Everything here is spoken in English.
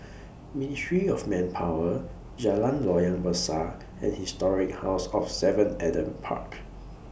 Ministry of Manpower Jalan Loyang Besar and Historic House of seven Adam Park